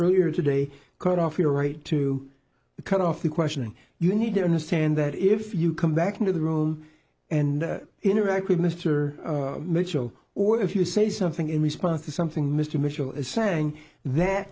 earlier today cut off your right to cut off the question you need to understand that if you come back into the room and interact with mr mitchell or if you say something in response to something mr mitchell is saying that